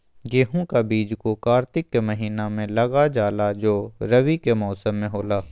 गेहूं का बीज को कार्तिक के महीना में लगा जाला जो रवि के मौसम में होला